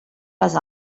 les